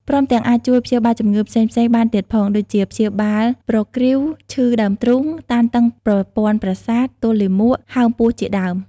ព្រមទាំងអាចជួយព្យាបាលជំងឺផ្សេងៗ បានទៀតផង ដូចជា ព្យាបាលប្រគ្រីវ ឈឺដើមទ្រូង តានតឹងប្រព័ន្ធប្រសាទ ទល់លាមក ហើមពោះជាដើម។